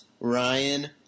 Ryan